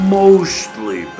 mostly